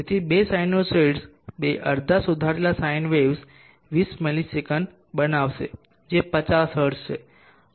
તેથી 2 સિનુસાઇડ્સ 2 અડધા સુધારેલા સાઇન વેવ્સ 20 ms બનાવશે જે 50 હર્ટ્ઝ છે